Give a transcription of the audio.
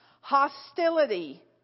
hostility